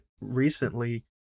recently